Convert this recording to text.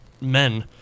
men